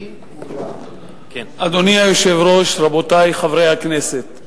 אדוני היושב-ראש, רבותי חברי הכנסת,